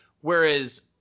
Whereas